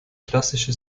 klassischen